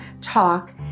talk